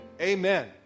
Amen